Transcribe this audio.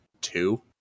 two